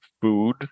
food